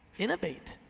innovate.